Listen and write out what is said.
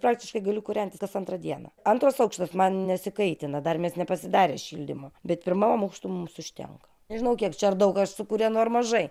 praktiškai gali kūrent kas antrą dieną antras aukštas man nesikaitina dar mes nepasidarę šildymo bet pirmam aukštui mums užtenka nežinau kiek čia ar daug aš sukūrenu ar mažai